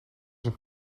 een